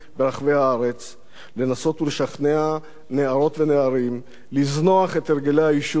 לנסות ולשכנע נערות ונערים לזנוח את הרגלי העישון בטרם יהפכו לדרך חיים